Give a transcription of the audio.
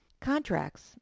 Contracts